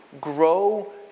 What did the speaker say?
grow